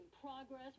progress